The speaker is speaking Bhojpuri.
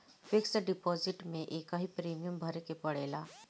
फिक्स डिपोजिट में एकही प्रीमियम भरे के पड़ेला